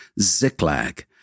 Ziklag